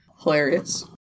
Hilarious